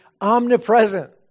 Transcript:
omnipresent